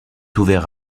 ouvert